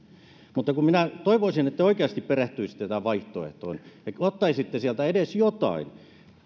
mutta kun minä toivoisin että te oikeasti perehtyisitte tähän vaihtoehtoon ottaisitte sieltä edes jotain